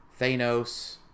thanos